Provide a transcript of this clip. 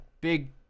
big